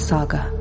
Saga